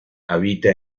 habita